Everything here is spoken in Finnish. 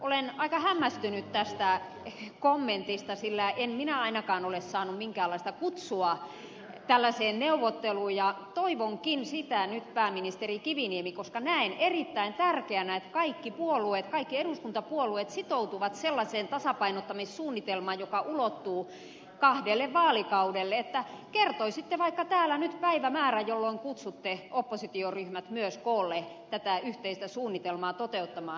olen aika hämmästynyt tästä kommentista sillä en minä ainakaan ole saanut minkäänlaista kutsua tällaiseen neuvotteluun ja toivonkin sitä nyt pääministeri kiviniemi koska näen erittäin tärkeänä että kaikki puolueet kaikki eduskuntapuolueet sitoutuvat sellaiseen tasapainottamissuunnitelmaan joka ulottuu kahdelle vaalikaudelle että kertoisitte vaikka täällä nyt päivämäärän jolloin kutsutte oppositioryhmät myös koolle tätä yhteistä suunnitelmaa toteuttamaan